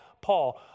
Paul